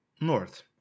north